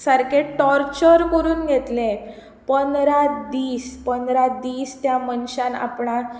सारके टॉर्चर करून घेतले पंदरा दिस पंदरा दिस त्या मनशान आपणाक